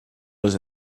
was